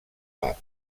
pap